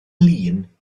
lin